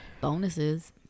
bonuses